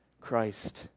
Christ